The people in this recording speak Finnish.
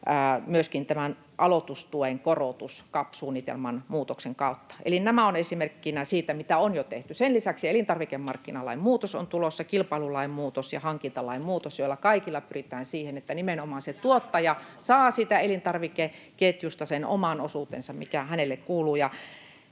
myöskin aloitustuen korotus CAP-suunnitelman muutoksen kautta. Eli nämä ovat esimerkkinä siitä, mitä on jo tehty. Sen lisäksi on tulossa elintarvikemarkkinalain muutos, kilpailulain muutos ja hankintalain muutos, joilla kaikilla pyritään siihen, että nimenomaan se tuottaja [Petri Honkosen välihuuto] saa siitä elintarvikeketjusta sen oman osuutensa, mikä hänelle kuuluu.